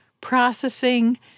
processing